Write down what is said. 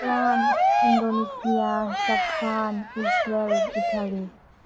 France Indonesia Japan Israel Italy